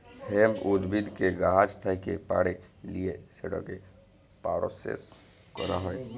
hemp উদ্ভিদকে গাহাচ থ্যাকে পাড়ে লিঁয়ে সেটকে পরসেস ক্যরা হ্যয়